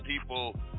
people